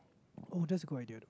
oh that's a good idea